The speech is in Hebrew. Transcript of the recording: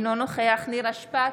אינו נוכח נירה שפק,